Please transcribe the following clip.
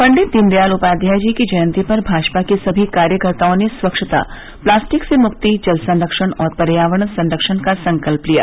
पंडित दीनदयाल उपाध्याय की जयन्ती पर भाजपा के सभी कार्यकर्ताओं ने स्वच्छता प्लास्टिक से मुक्ति जल संरक्षण और पर्यावरण संरक्षण का संकल्प लिया